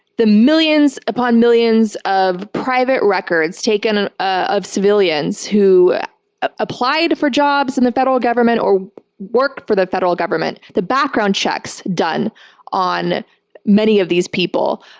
the millions upon millions of private records taken and of civilians who ah applied for jobs in and the federal government or work for the federal government, the background checks done on many of these people,